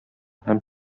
һәм